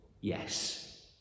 Yes